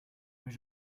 mais